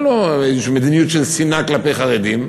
הרי אין לו איזו מדיניות של שנאה כלפי חרדים,